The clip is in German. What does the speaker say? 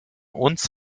uns